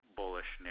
bullish